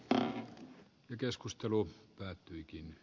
tää mikeskustelu päättyykin